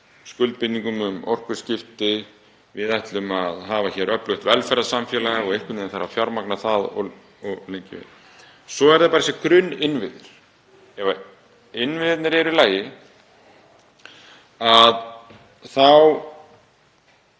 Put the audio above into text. skuldbindingum um orkuskipti. Við ætlum að hafa hér öflugt velferðarsamfélag og einhvern veginn þarf að fjármagna það. Svo eru það þessir grunninnviðir. Ef innviðirnir eru í lagi þá